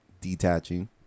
detaching